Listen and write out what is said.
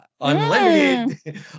unlimited